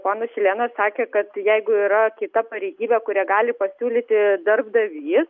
ponas šilėnas sakė kad jeigu yra kita pareigybė kurią gali pasiūlyti darbdavy